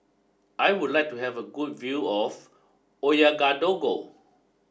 I would like to have a good view of Ouagadougou